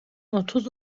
otuz